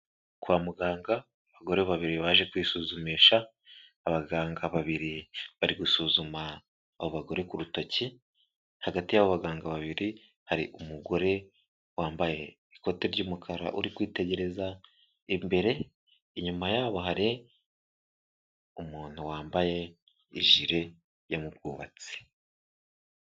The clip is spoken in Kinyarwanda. Kwa muganga abagore babiri baje kwisuzumisha, abaganga babiri bari gusuzuma abo bagore ku rutoki, hagati y'abaganga babiri, hari umugore wambaye ikote ry'umukara uri kwitegereza imbere, inyuma yabo hari umuntu wambaye ijire yo mu bwubatsi.